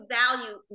value